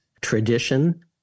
tradition